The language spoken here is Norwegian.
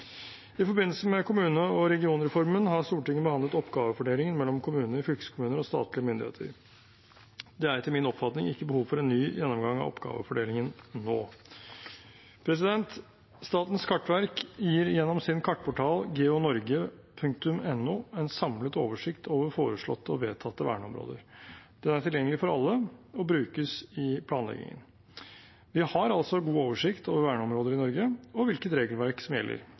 I forbindelse med kommune- og regionreformen har Stortinget behandlet oppgavefordelingen mellom kommuner, fylkeskommuner og statlige myndigheter. Det er etter min oppfatning ikke behov for en ny gjennomgang av oppgavefordelingen nå. Statens kartverk gir gjennom sin kartportal, geonorge.no, en samlet oversikt over foreslåtte og vedtatte verneområder. Den er tilgjengelig for alle og brukes i planleggingen. Vi har altså god oversikt over verneområder i Norge og hvilket regelverk som gjelder.